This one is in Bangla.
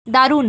দারুণ